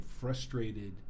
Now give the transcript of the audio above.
frustrated